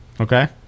Okay